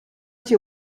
cię